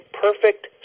perfect